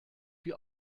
wir